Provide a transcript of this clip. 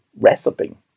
recipe